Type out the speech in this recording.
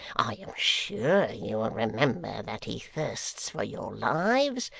i am sure you will remember that he thirsts for your lives,